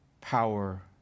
power